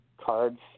cards